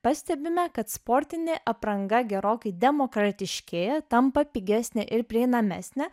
pastebime kad sportinė apranga gerokai demokratiškėja tampa pigesnė ir prieinamesnė